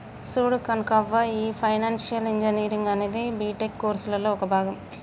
చూడు కనకవ్వ, ఈ financial engineering అనేది బీటెక్ కోర్సులలో ఒక భాగం